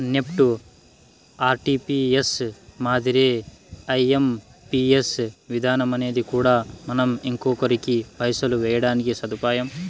NEFT, RTGS మాదిరే IMPS విధానమనేది కూడా మనం ఇంకొకరికి పైసలు వేయడానికి సదుపాయం